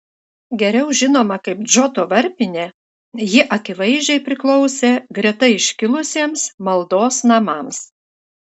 geriau žinoma kaip džoto varpinė ji akivaizdžiai priklausė greta iškilusiems maldos namams